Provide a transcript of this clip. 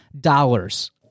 dollars